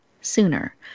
sooner